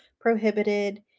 prohibited